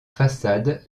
façade